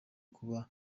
kuba